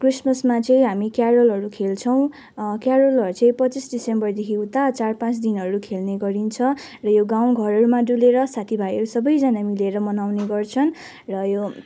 क्रिसमसमा चाहिँ हामी क्यारोलहरू खेल्छौँ क्यारोलहरू चाहिँ पच्चिस दिसम्बरदेखि उता चार पाँच दिनहरू खेल्ने गरिन्छ र यो गाउँघरहरूमा डुलेर साथीभाइहरू सबैजना मिलेर मनाउने गर्छन् र यो